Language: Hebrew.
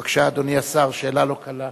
בבקשה, אדוני השר, שאלה לא קלה.